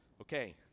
okay